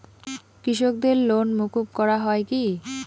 কৃষকদের লোন মুকুব করা হয় কি?